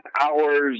hours